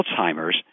Alzheimer's